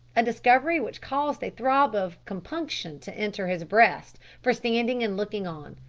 a discovery which caused a throb of compunction to enter his breast for standing and looking on,